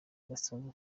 idasanzwe